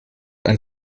ein